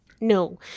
No